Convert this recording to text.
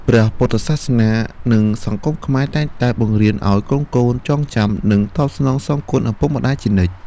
ព្រះពុទ្ធសាសនា និងសង្គមខ្មែរតែងតែបង្រៀនឲ្យកូនៗចងចាំ និងតបស្នងសងគុណឪពុកម្តាយជានិច្ច។